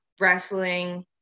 wrestling